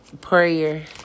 prayer